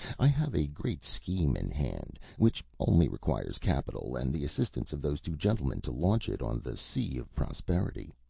i have a great scheme in hand, which only requires capital and the assistance of those two gentlemen to launch it on the sea of prosperity.